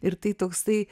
ir tai toksai